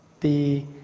the